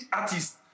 artists